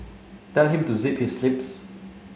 tell him to zip his lips